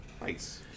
Nice